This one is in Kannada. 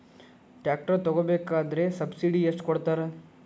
ಟ್ರ್ಯಾಕ್ಟರ್ ತಗೋಬೇಕಾದ್ರೆ ಸಬ್ಸಿಡಿ ಎಷ್ಟು ಕೊಡ್ತಾರ?